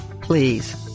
please